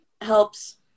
helps